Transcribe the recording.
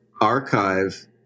archive